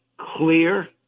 clear